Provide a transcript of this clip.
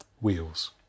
Wheels